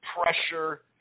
pressure